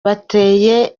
bateye